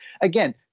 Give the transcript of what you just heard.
again